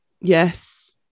Yes